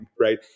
Right